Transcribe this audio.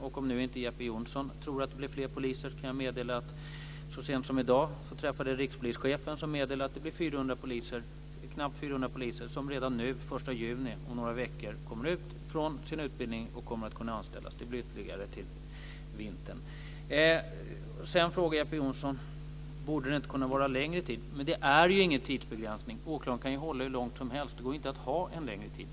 Om nu inte Jeppe Johnsson tror att det blir fler poliser kan jag meddela att jag så sent som i dag träffade rikspolischefen, som meddelade att knappt 400 poliser redan om några veckor, den 1 juni, kommer ut från sin utbildning. De kommer att kunna anställas. Det blir ytterligare fler poliser till vintern. Jeppe Johnsson frågar om man inte borde kunna ta gods i förvar längre tid. Men det är ingen tidsbegränsning. Åklagaren kan hålla det hur länge som helst. Det går inte att ha en längre tid.